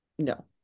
No